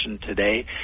today